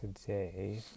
today